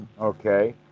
okay